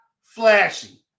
flashy